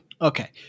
okay